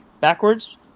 backwards